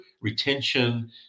retention